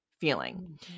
feeling